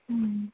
हम्म